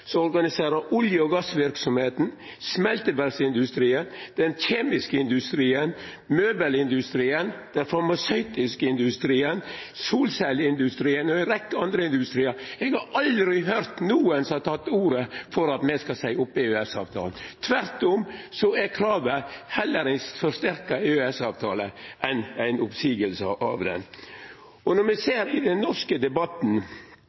som organiserer olje- og gassverksemda, smelteverksindustrien, den kjemiske industrien, møbelindustrien, den farmasøytiske industrien, solcelleindustrien og ei rekkje andre industriar – eg har aldri høyrt nokon som har teke til orde for at me skal seia opp EØS-avtalen. Tvert om er kravet heller ein forsterka EØS-avtale enn ei oppseiing av han. Når me ser på den norske debatten